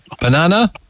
Banana